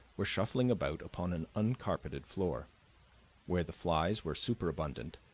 were shuffling about upon an uncarpeted floor where the flies were superabundant,